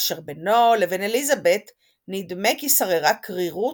אשר בינו לבין אליזבת נדמה כי שררה קרירות,